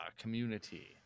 community